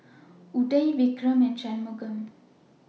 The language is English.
Udai Vikram and Shunmugam